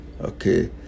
Okay